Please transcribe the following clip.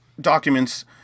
documents